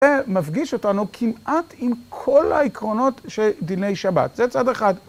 זה מפגיש אותנו כמעט עם כל העקרונות של דיני שבת, זה צד אחד.